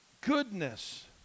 Goodness